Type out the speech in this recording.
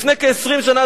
לפני כ-20 שנה,